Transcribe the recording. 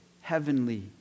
heavenly